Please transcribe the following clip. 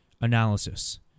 analysis